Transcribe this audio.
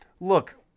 look